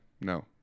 No